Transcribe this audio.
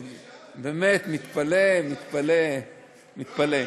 באמת, מתפלא, מתפלא.